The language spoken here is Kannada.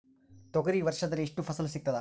ತೊಗರಿ ವರ್ಷದಲ್ಲಿ ಎಷ್ಟು ಫಸಲ ಸಿಗತದ?